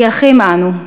כי אחים אנו.